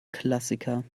klassiker